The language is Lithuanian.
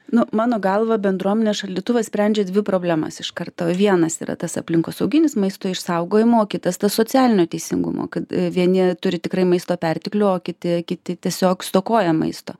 nu mano galva bendruomenės šaldytuvas sprendžia dvi problemas iš karto vienas yra tas aplinkosauginis maisto išsaugojimo o kitas tas socialinio teisingumo kad vieni turi tikrai maisto perteklių o kiti kiti tiesiog stokoja maisto